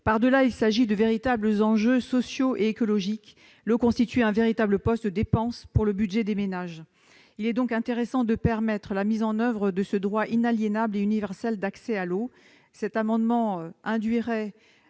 Par-delà, il s'agit de véritables enjeux sociaux et écologiques. L'eau constitue un véritable poste de dépense pour le budget des ménages. Il est donc intéressant de permettre la mise en oeuvre de ce droit inaliénable et universel d'accès à l'eau. L'adoption de cet